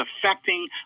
affecting